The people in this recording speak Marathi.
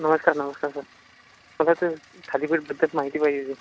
नमस्कार नमस्कार सर मला ते थालीपीठबद्दल माहिती पाहिजे होती